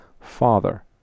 father